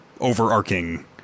overarching